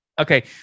Okay